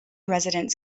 residents